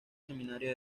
seminario